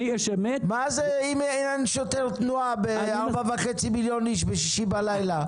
מה זה עוזר אם אין שוטר תנועה על 4.5 מיליון איש בשישי בלילה?